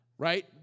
right